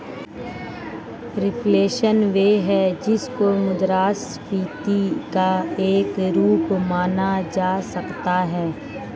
reflation वह है जिसको मुद्रास्फीति का एक रूप माना जा सकता है